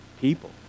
people